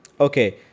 Okay